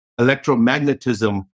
electromagnetism